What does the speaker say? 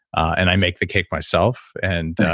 and i make the cake myself. and